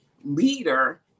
leader